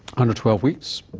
under twelve weeks.